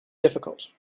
difficult